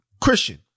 Christian